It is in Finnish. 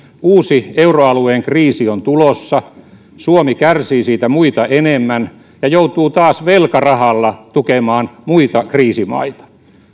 uusi euroalueen kriisi on tulossa suomi kärsii siitä muita enemmän ja joutuu taas velkarahalla tukemaan muita kriisimaita